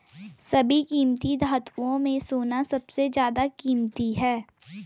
सभी कीमती धातुओं में सोना सबसे ज्यादा कीमती है